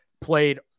played